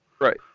Right